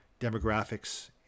demographics